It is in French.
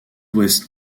ouest